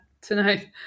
tonight